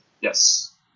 Yes